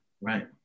right